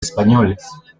españoles